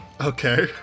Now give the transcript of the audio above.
okay